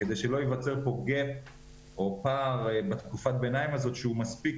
כדי שלא ייווצר פה פער בתקופת הביניים הזאת שהוא מספיק